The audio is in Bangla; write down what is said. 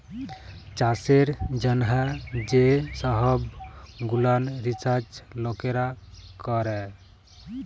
চাষের জ্যনহ যে সহব গুলান রিসাচ লকেরা ক্যরে